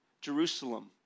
Jerusalem